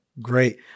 Great